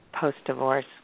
post-divorce